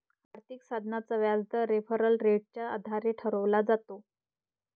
आर्थिक साधनाचा व्याजदर रेफरल रेटच्या आधारे ठरवला जातो